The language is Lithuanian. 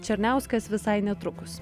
černiauskas visai netrukus